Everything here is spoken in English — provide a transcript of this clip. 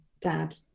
dad